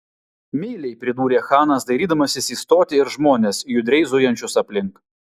meiliai pridūrė chanas dairydamasis į stotį ir žmones judriai zujančius aplink